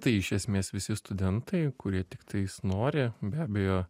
tai iš esmės visi studentai kurie tiktais nori be abejo